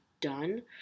done